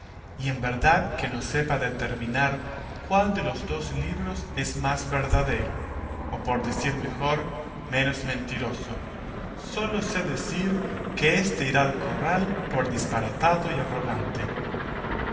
y en verdad que no sepa determinar cuál de los dos libros es más verdadero o por decir mejor menos mentiroso sólo sé decir que éste irá al corral por disparatado y arrogante